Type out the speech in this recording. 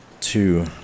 Two